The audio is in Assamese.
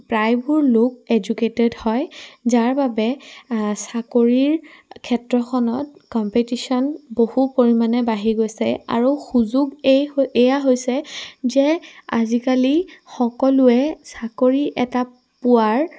প্ৰায়বোৰ লোক এডুকেটেড হয় যাৰ বাবে চাকৰিৰ ক্ষেত্ৰখনত কম্পিটিশ্যন বহু পৰিমাণে বাঢ়ি গৈছে আৰু সুযোগ এই এয়া হৈছে যে আজিকালি সকলোৱে চাকৰি এটা পোৱাৰ